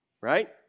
right